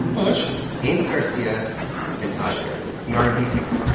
usher andy garcia and usher, the r and b singer